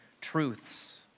truths